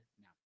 now